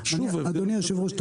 אדוני היושב ראש,